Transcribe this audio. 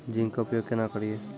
Zinc के उपयोग केना करये?